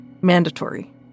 mandatory